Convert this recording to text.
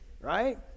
right